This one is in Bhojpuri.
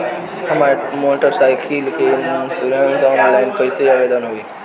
हमार मोटर साइकिल के इन्शुरन्सऑनलाइन कईसे आवेदन होई?